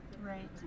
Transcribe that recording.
Right